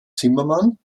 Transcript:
zimmermann